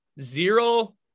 zero